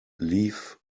leaf